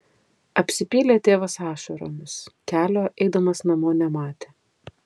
apsipylė tėvas ašaromis kelio eidamas namo nematė